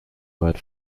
word